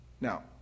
Now